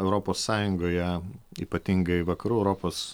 europos sąjungoje ypatingai vakarų europos